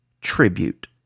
tribute